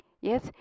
Yes